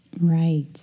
Right